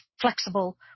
flexible